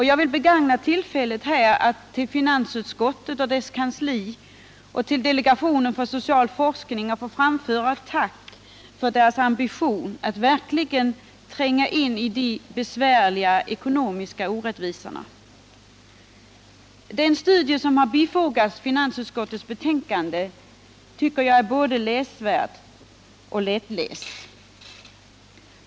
Jag vill begagna tillfället att till finansutskottet och dess kansli och till delegationen för social forskning få framföra ett tack för deras ambition att verkligen tränga in i frågan om de besvärliga ekonomiska orättvisorna. Den studie som bifogats finansutskottets betänkande tycker jag är både läsvärd och lättläst.